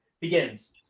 begins